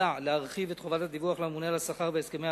מוצע להרחיב את חובת הדיווח לממונה על השכר והסכמי